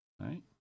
Right